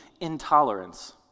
intolerance